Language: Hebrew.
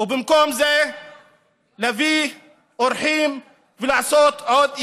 ובמקום זה להביא אורחים ולעשות עוד יער.